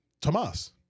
Tomas